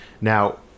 Now